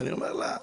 ואני אומר לה,